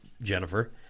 Jennifer